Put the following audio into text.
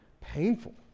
painful